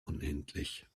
unendlich